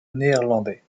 néerlandais